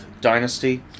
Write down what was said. dynasty